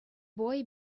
boy